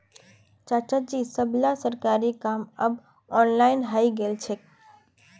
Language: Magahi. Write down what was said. चाचाजी सबला सरकारी काम अब ऑनलाइन हइ गेल छेक